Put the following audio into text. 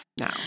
No